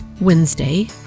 Wednesday